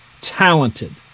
talented